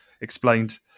explained